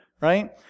right